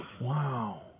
Wow